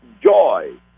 joy